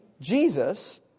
Jesus